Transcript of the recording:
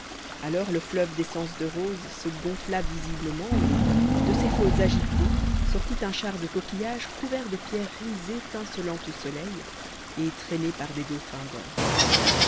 alors le fleuve d'essence de rose se gonfla visiblement et de ses flots agités sortit un char de coquillages couvert de pierreries étincelant au soleil et traîné par des dauphins d'or